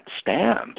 stand